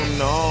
no